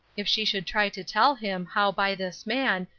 if she should try to tell him how by this man,